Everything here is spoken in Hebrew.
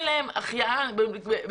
אנחנו כמדינה ניתן להם החייאה באמצעים